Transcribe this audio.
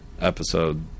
episode